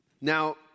Now